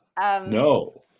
No